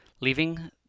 leaving